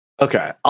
Okay